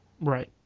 Right